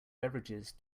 beverages